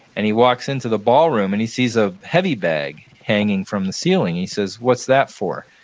and he walks into the ballroom and he sees a heavy bag hanging from the ceiling. he says, what's that for?